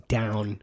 down